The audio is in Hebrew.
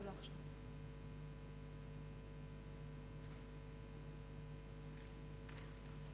ההצעה להעביר את הנושא לוועדת הכספים